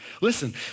Listen